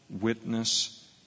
witness